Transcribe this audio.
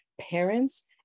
parents